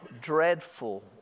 dreadful